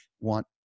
want